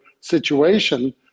situation